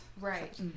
right